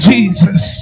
Jesus